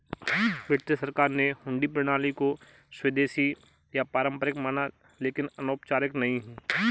British सरकार ने हुंडी प्रणाली को स्वदेशी या पारंपरिक माना लेकिन अनौपचारिक नहीं